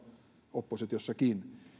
oppositiossakin